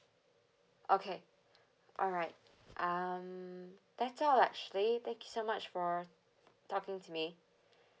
okay alright um that's all actually thank you so much for talking to me